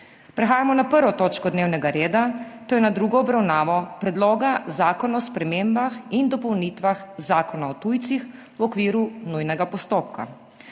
prekinjeno 1.rvo točko dnevnega reda, to je z drugo obravnavo predloga zakona o spremembah in dopolnitvah zakona o tujcih v okviru nujnega postopka.